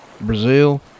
Brazil